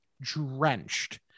drenched